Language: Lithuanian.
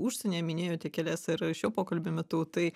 užsienyje minėjote kelias ir šio pokalbio metu tai